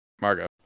margo